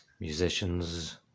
musicians